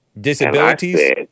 Disabilities